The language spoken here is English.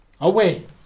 away